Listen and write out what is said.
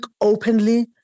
openly